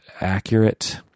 accurate